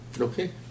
Okay